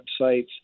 websites